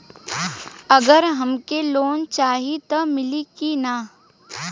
अगर हमके लोन चाही त मिली की ना?